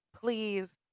please